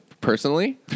personally